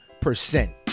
percent